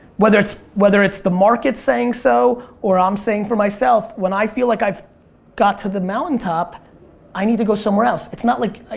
whether it's whether it's the market saying so or i'm saying for myself when i feel like i've got to the mountaintop i need to go somewhere else. it's not like,